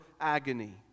Agony